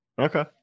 Okay